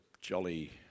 jolly